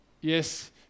yes